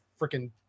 freaking